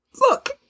Look